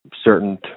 certain